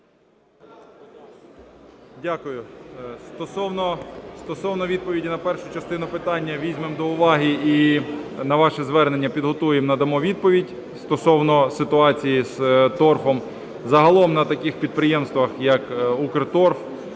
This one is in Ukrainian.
Дякую. Стосовно відповіді на першу частину питання. Візьмемо до уваги і на ваше звернення підготуємо і надамо відповідь стосовно ситуації з торфом. Загалом на таких підприємствах, як "Укрторф",